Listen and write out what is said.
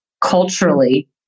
culturally